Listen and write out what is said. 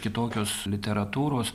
kitokios literatūros